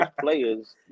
players